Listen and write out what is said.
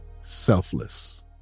selfless